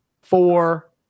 four